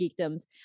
geekdoms